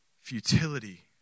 futility